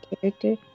character